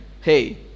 hey